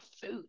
food